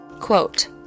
Quote